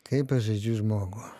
kaip aš žaidžiu žmogų